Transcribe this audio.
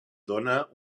dóna